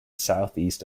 southeast